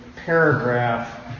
Paragraph